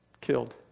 Killed